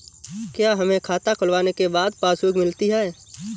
क्या हमें खाता खुलवाने के बाद पासबुक मिलती है?